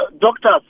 Doctors